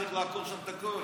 צריך לעקור שם את הכול.